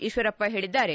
ಈಶ್ವರಪ್ಪ ಹೇಳಿದ್ದಾರೆ